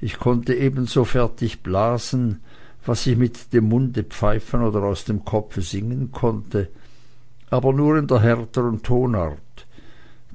ich konnte ebenso fertig blasen was ich mit dem munde pfeifen oder aus dem kopfe singen konnte aber nur in der härteren tonart